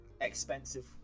expensive